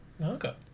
Okay